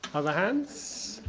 other hands,